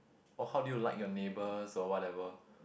or how do you like your neighbours or whatever